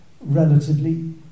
relatively